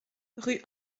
rue